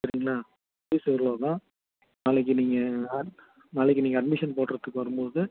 சரிங்களா ஃபீஸ் எவ்வளோனா நாளைக்கு நீங்கள் நாளைக்கு நீங்கள் அட்மிஷன் போடுகிறதுக்கு வரும்போது